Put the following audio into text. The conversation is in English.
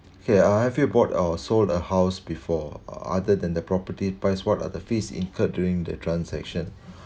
okay uh have you bought or sold a house before other than the property price what are the fees incurred during the transaction